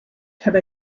have